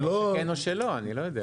או שכן או שלא, לא יודע.